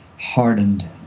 hardened